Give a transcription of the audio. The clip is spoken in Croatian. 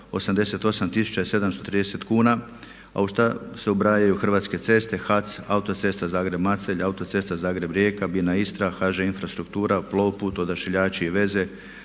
i 730 kuna a u šta se ubrajaju Hrvatske ceste, HAC, Autocesta Zagreb- Macelj, Autocesta Zagreb-Rijeka, BINA Istra, HŽ infrastruktura, Plov put, odašiljači i veze,